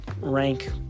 rank